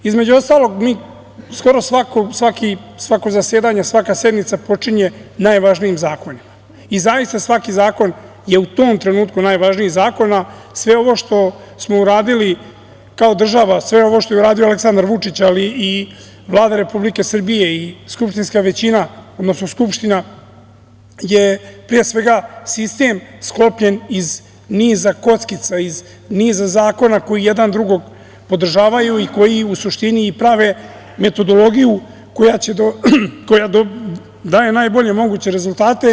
Između ostalog, mi skoro svako zasedanja, svaka sednica počinje najvažnijim zakonima i zaista svaki zakon je u tom trenutku najvažniji zakon, a sve ovo što smo uradili kao država, sve ovo što je uradio Aleksandar Vučić, ali i Vlada Republike Srbije i skupštinska većina, odnosno Skupština je pre svega, sistem sklopljen iz niza kockica, iz niza zakona koji jedan drugog podržavaju i koji u suštini prave metodologiju koja daje najbolje moguće rezultate.